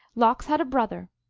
lox had a brother,